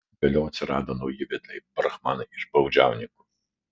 vėliau atsirado nauji vedliai brahmanai iš baudžiauninkų